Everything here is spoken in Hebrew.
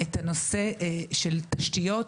מטפל בנושא של תשתיות,